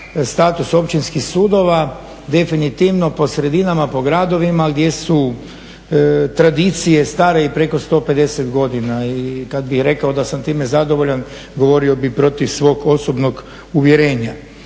status općinskih sudova, definitivno po sredinama, po gradovima gdje su tradicije stare i preko 150 godina. I kada bih rekao da sam time zadovoljan govorio bih protiv svog osobnog uvjerenja.